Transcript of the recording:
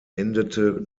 endete